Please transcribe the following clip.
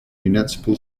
municipal